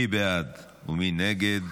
מי בעד ומי נגד?